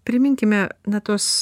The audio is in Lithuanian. priminkime na tuos